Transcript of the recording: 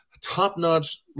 top-notch